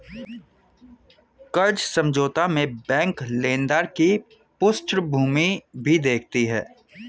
कर्ज समझौता में बैंक लेनदार की पृष्ठभूमि भी देखती है